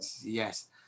Yes